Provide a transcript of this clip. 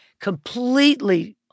completely